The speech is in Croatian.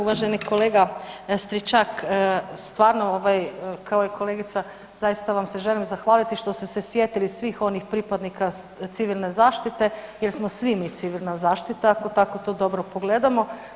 Uvaženi kolega Stričak, stvarno ovaj, kao i kolegica zaista vam se želim zahvaliti što ste se sjetili svih onih pripadnika civilne zaštite jer smo svi mi civilna zaštita ako tako to dobro pogledamo.